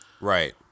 Right